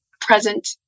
present